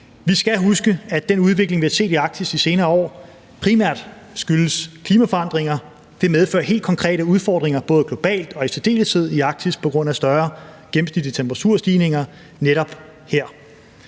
Vi skal huske, at den udvikling, vi har set i Arktis de senere år, primært skyldes klimaforandringer. De medfører helt konkrete udfordringer både globalt og i særdeleshed i Arktis på grund af større gennemsnitlige temperaturstigninger netop her.